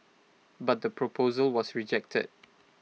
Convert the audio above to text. but the proposal was rejected